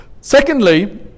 secondly